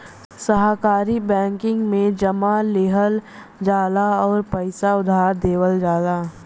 सहकारी बैंकिंग में जमा लिहल जाला आउर पइसा उधार देवल जाला